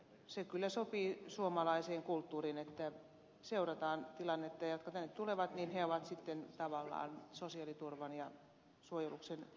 se kyllä sopii suomalaiseen kulttuuriin että seurataan tilannetta että ne jotka tänne tulevat ovat tavallaan sosiaaliturvan ja suojeluksen piirissä